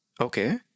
okay